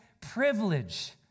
privilege